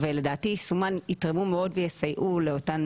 ולדעתי יישומן יתרמו מאוד ויסייעו לאותם